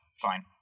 fine